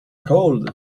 cold